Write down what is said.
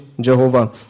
Jehovah